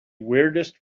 weirdest